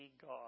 God